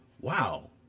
wow